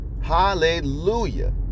Hallelujah